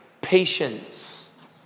patience